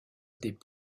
des